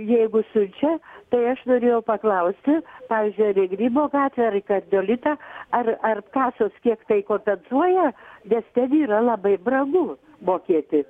jeigu siunčia tai aš norėjau paklausti pavyzdžiui ar į grybo gatvę ar į kardiolitą ar ar kasos kiek tai kompensuoja nes ten yra labai brangu mokėti